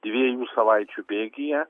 dviejų savaičių bėgyje